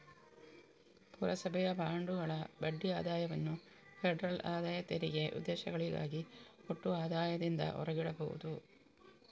ಪುರಸಭೆಯ ಬಾಂಡುಗಳ ಬಡ್ಡಿ ಆದಾಯವನ್ನು ಫೆಡರಲ್ ಆದಾಯ ತೆರಿಗೆ ಉದ್ದೇಶಗಳಿಗಾಗಿ ಒಟ್ಟು ಆದಾಯದಿಂದ ಹೊರಗಿಡಬಹುದು